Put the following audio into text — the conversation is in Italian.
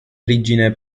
origine